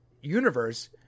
universe